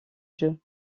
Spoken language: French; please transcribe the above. jeux